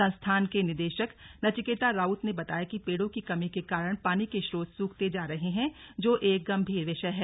संस्थान के निदेशक नचिकेता राउत ने बताया कि पेडों की कमी के कारण पानी के स्रोत सूखते जा रहे हैं जो एक गंभीर विषय है